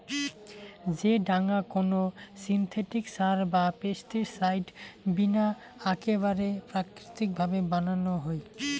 যেই ডাঙা কোনো সিনথেটিক সার বা পেস্টিসাইড বিনা আকেবারে প্রাকৃতিক ভাবে বানানো হই